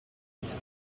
its